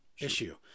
issue